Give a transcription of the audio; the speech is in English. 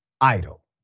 idle